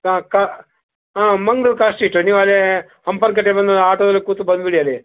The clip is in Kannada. ಕಾ ಕಾ ಹಾಂ ಮಂಗ್ಳೂರು ಕಾರ್ ಸ್ಟ್ರೀಟ್ ನೀವು ಅಲ್ಲೆ ಹಂಪನಕಟ್ಟೆಗೆ ಬಂದು ಆಟೋದಲ್ಲಿ ಕೂತು ಬಂದುಬಿಡಿ ಅಲ್ಲಿಗೆ